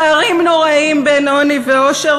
פערים נוראיים בין עוני ועושר,